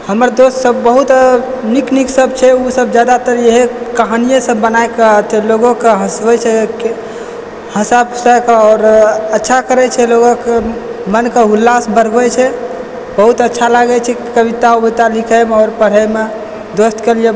हमर दोस्त सब बहुत नीक नीक सब छै ओ सब जादातर इएह कहानीए सब बना कऽ तब लोगो के हँसबै छै हँसब से आओर अच्छा करै छै लोक मन के हुल्लास बढ़बै छै बहुत अच्छा लागै छै कविता ऊविता लिखए मे आओर पढ़ए मे दोस्त के लिए